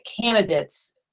candidates